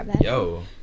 yo